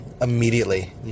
immediately